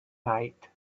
night